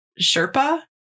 Sherpa